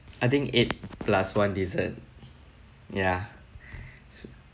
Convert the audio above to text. I think eight plus one dessert ya